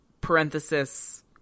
parenthesis